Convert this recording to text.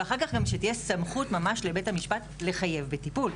ואחר כך שגם תהיה סמכות ממש לבית המשפט לחייב בטיפול.